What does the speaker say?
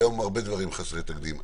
היום הרבה דברים חסרי תקדים.